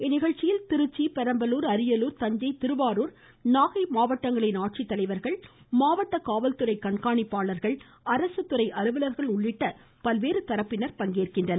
இந்நிகழ்ச்சியில் திருச்சி பெரம்பலூர் அரியலூர் தஞ்சை திருவாரூர் நாகை மாவட்டங்களின் ஆட்சித்தலைவர்கள் மாவட்ட காவல்துறை கண்காணிப்பாளர்கள் அரசுத்துறை அலுவலர்கள் உள்ளிட்ட பல்வேறு தரப்பினர் பங்கேற்கின்றனர்